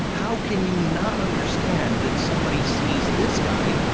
how can you not understand that somebody sees this guy,